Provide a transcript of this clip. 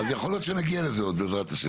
אז יכול להיות שנגיע לזה עוד, בעזרת השם.